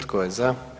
Tko je za?